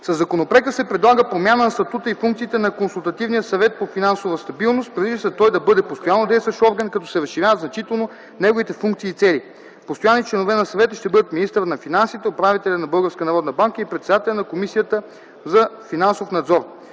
Със законопроекта се предлага промяна на статута и функциите на Консултативния съвет по финансова стабилност. Предвижда се той да бъде постоянно действащ орган, като се разширяват значително неговите функции и цели. Постоянни членове на съвета ще бъдат министърът на финансите, управителят на Българската народна банка и председателят на Комисията за финансов надзор.